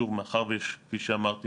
כפי שאמרתי,